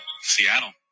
Seattle